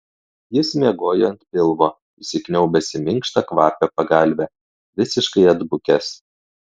jis miegojo ant pilvo įsikniaubęs į minkštą kvapią pagalvę visiškai atbukęs